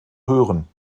hören